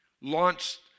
launched